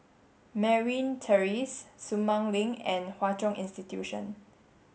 Merryn Terrace Sumang Link and Hwa Chong Institution